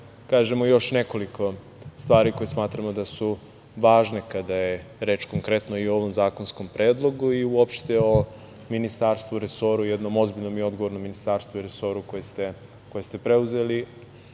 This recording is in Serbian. kažemo još nekoliko stvari za koje smatramo da su važne kada je reč konkretno i ovom zakonskom predlogu i uopšte o ministarstvu, resoru, jednom ozbiljnom i odgovornom ministarstvu i resoru koji ste preuzeli